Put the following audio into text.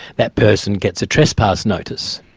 that person gets a trespass notice.